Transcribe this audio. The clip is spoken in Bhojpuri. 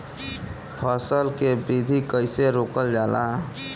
फसल के वृद्धि कइसे रोकल जाला?